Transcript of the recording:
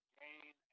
gain